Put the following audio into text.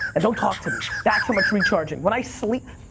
and don't talk to me. that's how much recharging. when i sleep,